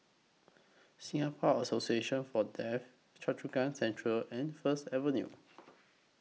Singapore Association For Deaf Choa Chu Kang Central and First Avenue